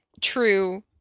true